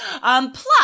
Plus